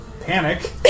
panic